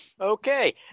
Okay